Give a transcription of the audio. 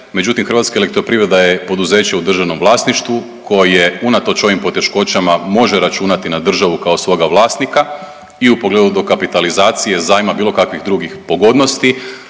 Međutim, Hrvatska elektroprivreda je poduzeće u državnom vlasništvu koje unatoč ovim poteškoćama može računati na državu kao svoga vlasnika i u pogledu dokapitalizacije zajma, bilo kakvih drugih pogodnosti.